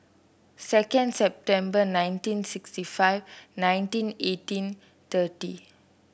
second September nineteen sixty five nineteen eighteen thirty